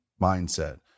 mindset